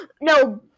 No